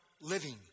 living